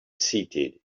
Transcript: seated